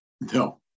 No